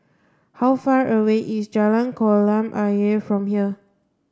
how far away is Jalan Kolam Ayer from here